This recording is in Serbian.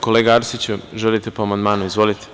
Kolega Arsiću, želite li po amandmanu? (Da) Izvolite.